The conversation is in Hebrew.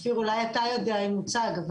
אופיר, אולי אתה יודע אם הוצג?